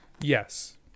Yes